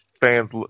fans